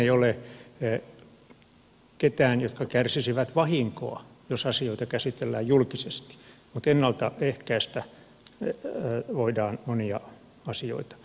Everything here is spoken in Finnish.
ei ole ketään joka kärsisi vahinkoa jos asioita käsitellään julkisesti mutta ennalta ehkäistä voidaan monia asioita